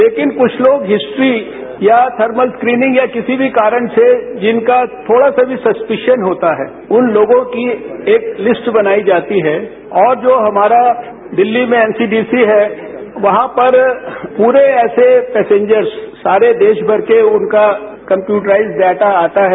लेकिन कुछ लोग हिस्ट्री या थर्मल स्क्रीनिंग या किसी भी कारण से जिनका थोडा सा भी सस्पीशन होता है उन लोगों की एक लिस्ट बनाई जाती है और जो हमारा दिल्ली में एनसीपीसी है वहां पर पूरे ऐसे पैसेंजर्स सारे देशभर के उनका कप्यूटर्राइज्ड डाटा आता है